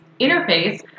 interface